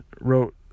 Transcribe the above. wrote